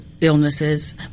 illnesses